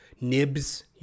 nibs